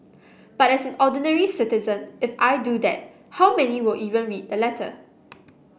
but as an ordinary citizen if I do that how many will even read the letter